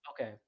Okay